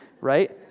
right